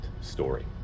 story